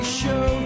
show